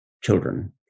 children